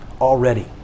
already